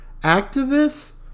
activists